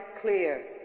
clear